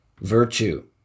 Virtue